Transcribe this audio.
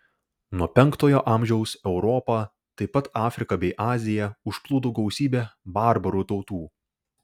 nuo penktojo amžiaus europą taip pat afriką bei aziją užplūdo gausybė barbarų tautų